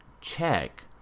check